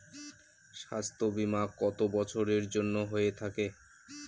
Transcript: স্বাস্থ্যবীমা কত বছরের জন্য হয়ে থাকে?